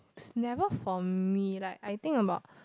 never for me like I think about